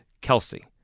Kelsey